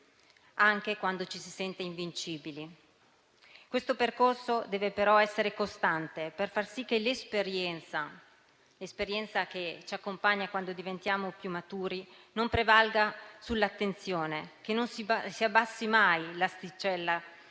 anche quando ci si sente invincibili. Questo percorso deve però essere costante, per far sì che l'esperienza che ci accompagna quando diventiamo più maturi non prevalga sull'attenzione e non si abbassi mai l'asticella